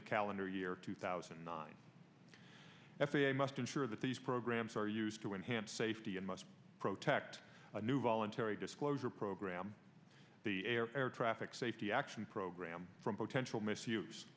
of calendar year two thousand and nine f a a must ensure that these programs are used to enhance safety and must protect new voluntary disclosure program the air air traffic safety action program from potential misuse